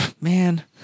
man